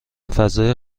فضای